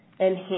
enhance